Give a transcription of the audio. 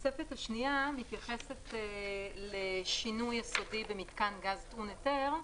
התוספת השנייה מתייחסת לשינוי יסודי במתקן גז טעון היתר,